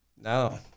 no